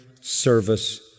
service